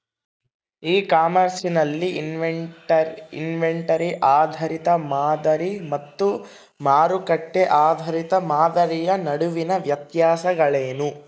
E commerce ನಲ್ಲಿ inventory ಆಧಾರಿತ ಮಾದರಿ ಮತ್ತು ಮಾರುಕಟ್ಟೆ ಆಧಾರಿತ ಮಾದರಿಯ ನಡುವಿನ ವ್ಯತ್ಯಾಸಗಳೇನು?